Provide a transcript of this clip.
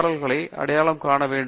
L களை அடையாளம் காண வேண்டும்